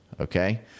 Okay